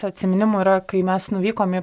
atsiminimų yra kai mes nuvykom į